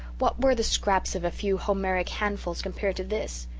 what were the scraps of a few homeric handfuls compared to this?